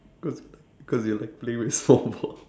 cause cause you're like playing with small balls